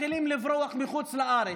מתחילים לברוח לחוץ לארץ,